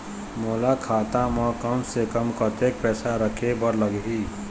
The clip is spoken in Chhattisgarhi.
मोला खाता म कम से कम कतेक पैसा रखे बर लगही?